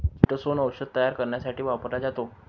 chitosan औषध तयार करण्यासाठी वापरला जातो